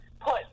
put